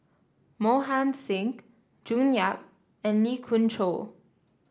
Mohan Singh June Yap and Lee Khoon Choy